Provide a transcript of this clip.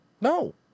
No